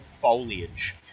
foliage